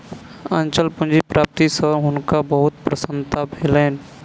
अचल पूंजी प्राप्ति सॅ हुनका बहुत प्रसन्नता भेलैन